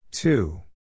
Two